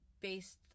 based